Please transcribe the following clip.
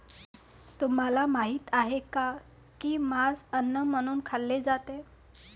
तुम्हाला माहित आहे का की मांस अन्न म्हणून खाल्ले जाते?